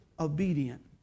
Obedient